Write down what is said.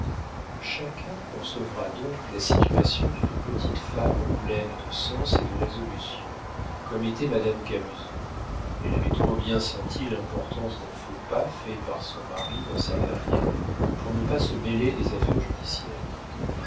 chacun concevra donc la situation d'une petite femme pleine de sens et de résolution comme était madame camusot elle avait trop bien senti l'importance d'un faux pas fait par son mari dans sa carrière pour ne pas se mêler des affaires judiciaires